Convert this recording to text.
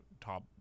top